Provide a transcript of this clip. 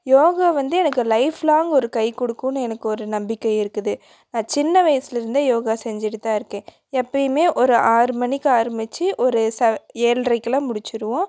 யோகா வந்து எனக்கு life long ஒரு கை கொடுக்குன்னு எனக்கு ஒரு நம்பிக்கை இருக்குது சின்ன வயசுல இருந்தே யோகா செஞ்சுட்டு தான் இருக்கேன் எப்போயுமே ஒரு ஆறு மணிக்கு ஆரமித்து ஒரு செவ் ஏழ்ரைக்கெல்லாம் முடிச்சுருவோம்